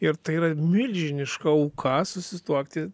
ir tai yra milžiniška auka susituokti